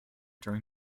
during